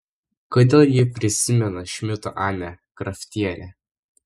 kodėl ji prisimena šmito anę kraftienę